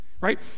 right